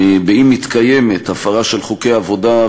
אם מתקיימת הפרה של חוקי העבודה,